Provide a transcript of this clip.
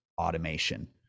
automation